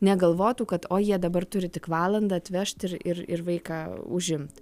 negalvotų kad o jie dabar turi tik valandą atvežt ir ir ir vaiką užimt